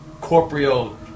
corporeal